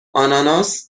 آناناس